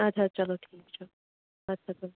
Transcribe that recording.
اَدٕ حَظ چلو ٹھیٖک چھُ اَدٕ کیٛاہ تُل